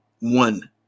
one